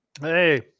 Hey